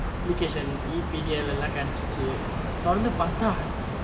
application e-P_D_L எல்லாம் கெடச்சிச்சி தொரந்து பாத்தா:ellaam kedachichi thoranthu paatha